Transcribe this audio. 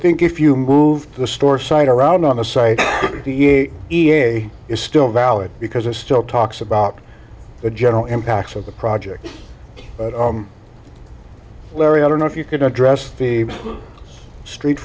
think if you move the store site around on the site the e a a is still valid because it still talks about the general impacts of the project larry i don't know if you can address the street